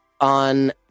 on